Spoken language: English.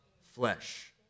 flesh